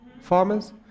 Farmers